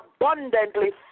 abundantly